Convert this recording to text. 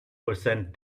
percent